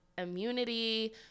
immunity